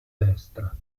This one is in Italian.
destra